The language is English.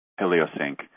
Heliosync